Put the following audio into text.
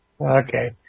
Okay